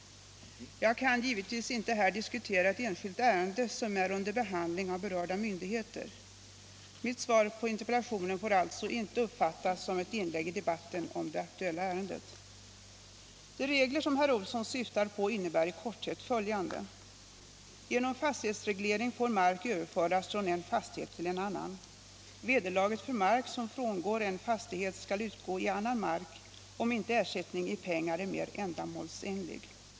Jag kan givetvis inte här diskutera ett enskilt ärende som är under behandling av behöriga myndigheter. Mitt svar på interpellationen får alltså inte uppfattas som ett inlägg i debatten om det aktuella ärendet. De regler som herr Olsson syftar på innebär i korthet följande. Genom fastighetsreglering får mark överföras från en fastighet till en annan. Vederlaget för mark som frångår en fastighet skall utgå i annan mark, om inte ersättning i pengar är mer ändamålsenlig.